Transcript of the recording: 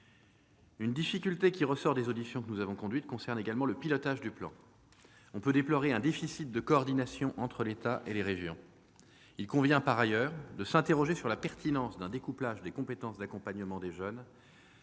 Une difficulté qui ressort des auditions que nous avons conduites concerne également le pilotage du plan. On peut déplorer un déficit de coordination entre l'État et les régions. Il convient par ailleurs de s'interroger sur la pertinence d'un découplage des compétences d'accompagnement des jeunes,